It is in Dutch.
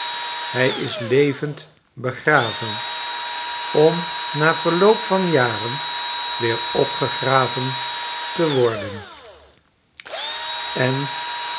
hij islevendbegraven om na verloop van jaren weer opgegraven te worden en